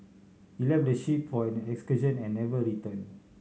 he left the ship for an excursion and never return